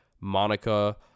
Monica